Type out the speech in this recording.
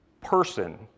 person